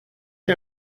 der